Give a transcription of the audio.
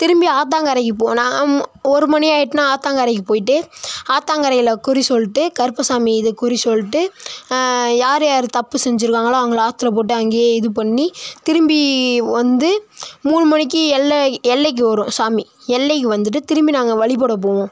திரும்பி ஆத்தங்கரைக்கு போனா ஒரு மணி ஆயிட்டுனா ஆத்தாங்கரைக்கு போயிவிட்டு ஆத்தங்கரையில் குறி சொல்லிட்டு கருப்ப சாமி இது குறி சொல்லிட்டு யார் யார் தப்பு செஞ்சிருக்கங்களோ அவங்கள ஆற்றுல போட்டு அங்கேயே இது பண்ணி திரும்பி வந்து மூணு மணிக்கு எல்லை எல்லைக்கு வரும் சாமி எல்லைக்கு வந்துவிட்டு திரும்பி நாங்கள் வழிபட போவோம்